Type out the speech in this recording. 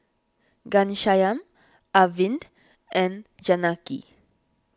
Ghanshyam Arvind and Janaki